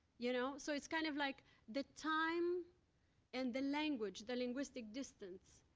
you know? so, it's kind of like the time and the language, the linguistic distance,